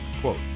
Quote